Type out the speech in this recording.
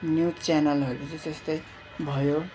news च्यानलहरू जस्तै भयो